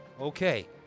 Okay